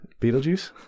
Beetlejuice